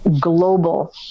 global